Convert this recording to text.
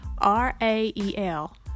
r-a-e-l